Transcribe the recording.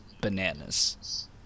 bananas